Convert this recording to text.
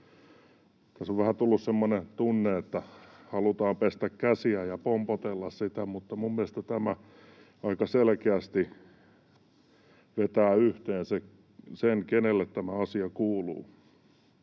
Tässä on vähän tullut semmoinen tunne, että halutaan pestä käsiä ja pompotella tätä, mutta minun mielestäni tämä aika selkeästi vetää yhteen sen, kenelle tämä asia kuuluu.